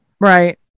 right